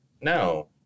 no